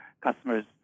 customers